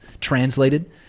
translated